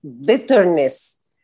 bitterness